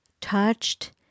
touched